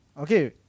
Okay